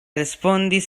respondis